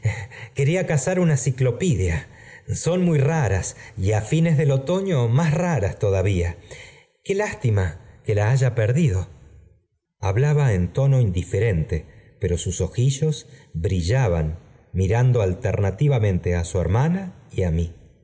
quería cazar una ciclopídea son muy raff y fines del otoño más raras todavía i qué lástima que la haya perdido y hablaba en tono indiferente pero sus ojillos brillantes miraban alternativamente á su hermana y á mí